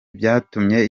byatumye